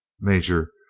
major,